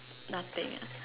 nothing